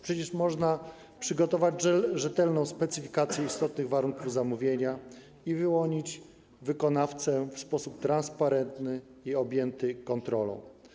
Przecież można przygotować rzetelną specyfikację istotnych warunków zamówienia i wyłonić wykonawcę w sposób transparentny i objęty kontrolą.